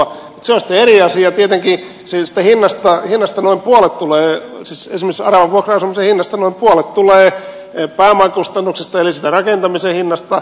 se on sitten eri asia tietenkin että esimerkiksi aravavuokra asumisen hinnasta noin puolet tulee pääomakustannuksista eli siitä rakentamisen hinnasta